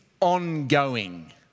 ongoing